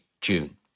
June